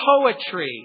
poetry